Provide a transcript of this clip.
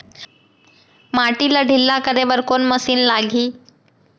माटी ला ढिल्ला करे बर कोन मशीन लागही?